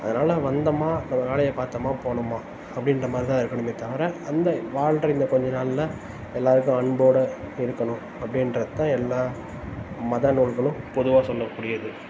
அதனால் வந்தமா நம்ம வேலையை பார்த்தமா போனோமா அப்படின்ற மாதிரி தான் இருக்கணுமே தவிர அந்த வாழ்ர இந்த கொஞ்ச நாளில் எல்லாருக்கும் அன்போட இருக்கணும் அப்படின்றது தான் எல்லாம் மத நூல்களும் பொதுவாக சொல்லக்கூடியது